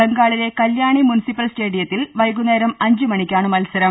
ബംഗാളിലെ കല്യാണി മുൻസിപ്പൽ സ്റ്റേഡിയത്തിൽ വൈകുന്നേരം അഞ്ച് മണിക്കാണ് മത്സരം